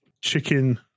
chicken